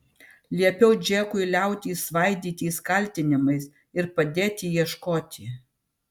liepiau džekui liautis svaidytis kaltinimais ir padėti ieškoti